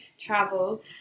travel